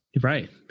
Right